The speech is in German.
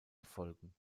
erfolgen